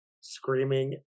screaming